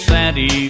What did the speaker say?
Sandy